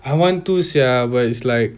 I want to sia but is like